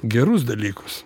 gerus dalykus